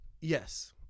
Yes